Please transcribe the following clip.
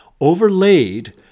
overlaid